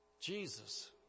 Jesus